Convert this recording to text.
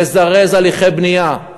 לזרז הליכי בנייה.